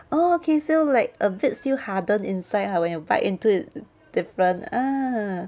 orh okay so like a bit still harden inside lah when you bite into different ah